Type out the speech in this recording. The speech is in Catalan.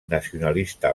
nacionalista